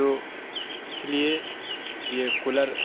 تو اس لیے یہ کولر